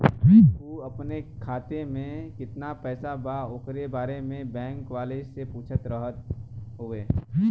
उ अपने खाते में कितना पैसा बा ओकरा बारे में बैंक वालें से पुछल चाहत हवे?